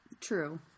True